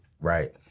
Right